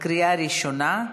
בקריאה הראשונה.